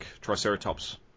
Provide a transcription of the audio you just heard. Triceratops